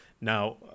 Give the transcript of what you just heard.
Now